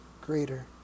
greater